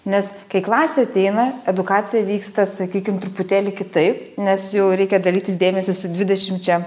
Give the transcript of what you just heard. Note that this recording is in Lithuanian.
nes kai klasė ateina edukacija vyksta sakykim truputėlį kitaip nes jau reikia dalytis dėmesiu su dvidešimčia